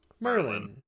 Merlin